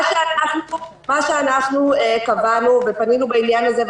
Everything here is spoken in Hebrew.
מה שקבענו ופנינו בעניין הזה,